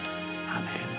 Amen